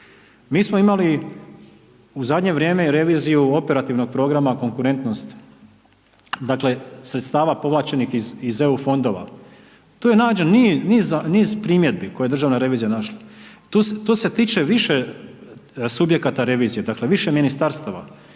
Mi smo imali u zadnje vrijeme i reviziju operativnog programa konkurentnosti. Dakle sredstava povlačenih iz EU fondova. Tu je nađen niz primjedbi koje je Državna revizija našla, tu se tiče više subjekata revizije, dakle više ministarstava.